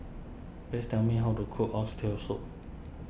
please tell me how to cook Oxtail Soup